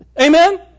Amen